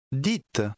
Dites